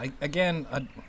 Again